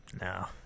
No